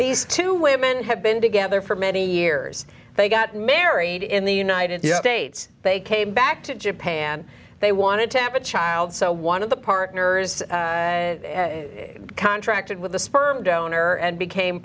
these two women have been together for many years they got married in the united states they came back to japan they wanted to have a child so one of the partners contracted with the sperm donor and became